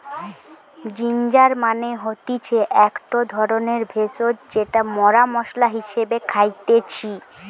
ginger মানে হতিছে একটো ধরণের ভেষজ যেটা মরা মশলা হিসেবে খাইতেছি